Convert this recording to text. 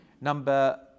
Number